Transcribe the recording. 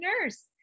nurse